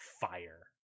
Fire